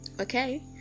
Okay